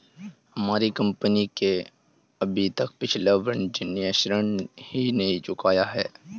हमारी कंपनी ने अभी तक पिछला वाणिज्यिक ऋण ही नहीं चुकाया है